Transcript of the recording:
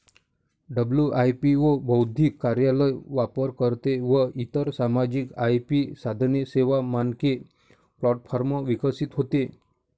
WIPO बौद्धिक कार्यालय, वापरकर्ते व इतर सामायिक आय.पी साधने, सेवा, मानके प्लॅटफॉर्म विकसित होते